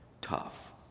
tough